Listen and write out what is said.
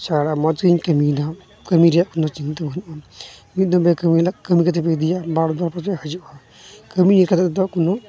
ᱵᱷᱟᱜᱮ ᱪᱷᱟᱲ ᱢᱚᱡᱽᱜᱮᱧ ᱠᱟᱹᱢᱤᱭᱫᱟ ᱠᱟᱹᱢᱤ ᱨᱮᱭᱟᱜ ᱠᱳᱱᱳ ᱪᱤᱱᱛᱟᱹ ᱵᱟᱹᱱᱩᱜᱼᱟ ᱢᱤᱫ ᱫᱚᱢᱯᱮ ᱠᱟᱹᱢᱤ ᱠᱟᱹᱢᱤ ᱠᱟᱛᱮᱫ ᱯᱮ ᱤᱫᱤᱭᱟ ᱵᱟᱨᱫᱚᱢ ᱯᱮ ᱦᱤᱡᱩᱜᱼᱟ ᱠᱟᱹᱢᱤ ᱞᱮᱠᱟᱛᱮ ᱫᱚ ᱠᱳᱱᱳ